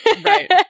Right